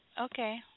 Okay